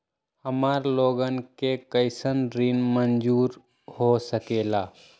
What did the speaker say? हमार लोगन के कइसन ऋण मंजूर हो सकेला?